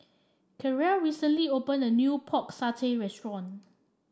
Caryl recently opened a new Pork Satay Restaurant